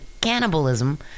cannibalism